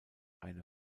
eine